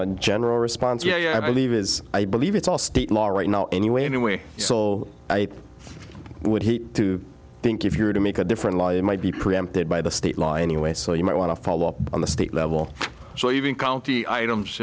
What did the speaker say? my general response yeah i believe it is i believe it's all state law right now anyway anyway so i would hate to think if you were to make a different life it might be preempted by the state law anyway so you might want to follow up on the state level so even county items